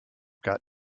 got